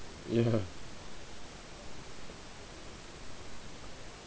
ya